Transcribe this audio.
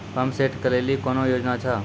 Pump set केलेली कोनो योजना छ?